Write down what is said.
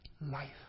life